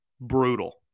brutal